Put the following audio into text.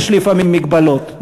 יש לפעמים מגבלות,